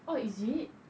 oh is it